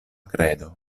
kredo